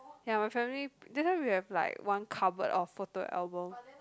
ya my family didn't we have like one cupboard of photo albums